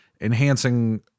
enhancing